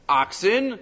oxen